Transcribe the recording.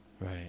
Right